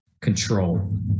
control